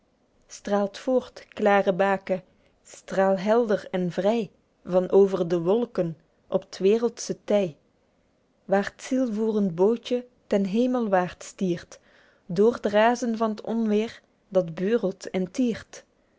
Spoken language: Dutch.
voort klare bake strael helder en vry van over de wolken op t wereldsche ty waer t zielvoerend bootje ten hemelwaerd stiert dr t razen van t onweêr dat beurelt en tiert